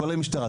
כולל משטרה.